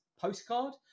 postcard